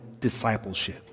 discipleship